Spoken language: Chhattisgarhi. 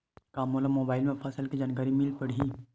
का मोला मोबाइल म फसल के जानकारी मिल पढ़ही?